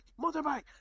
Motorbike